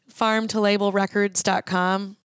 farmtolabelrecords.com